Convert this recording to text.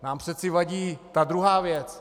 Nám přeci vadí ta druhá věc!